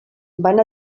van